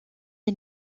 est